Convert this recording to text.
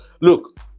Look